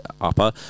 Upper